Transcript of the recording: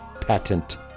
patent